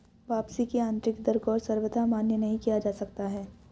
वापसी की आन्तरिक दर को सर्वथा मान्य नहीं किया जा सकता है